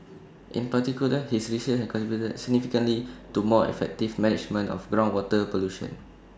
in particular his research has contributed significantly to more effective management of groundwater pollution